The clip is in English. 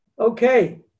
Okay